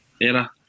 era